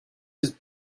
says